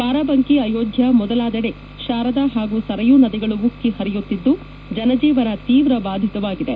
ಬಾರಾಬಂಕಿ ಅಯೋಧ್ಯಾ ಮೊದಲಾದೆಡೆ ಶಾರದಾ ಹಾಗೂ ಸರಯೂ ನದಿಗಳು ಉಕ್ಕೆ ಪರಿಯುತ್ತಿದ್ದು ಜನಜೀವನ ತೀವ್ರ ಬಾಧಿತವಾಗಿದೆ